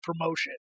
promotion